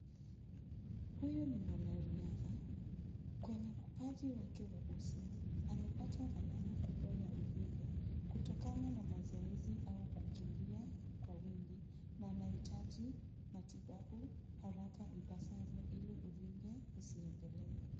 Huyu ni mwanariadha. Kwenye upaji wake wa uso, amepata alama kubwa ya uvimbe, kutokana na mazoezi au kukimbia kwa wingi, na anahitaji mtibabu, haraka ipasavyo ili uvimbe usiendelee.